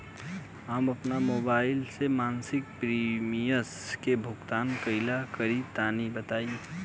हम आपन मोबाइल से मासिक प्रीमियम के भुगतान कइसे करि तनि बताई?